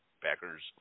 Packers